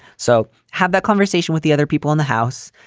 so have that conversation with the other people in the house.